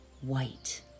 white